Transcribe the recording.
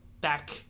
back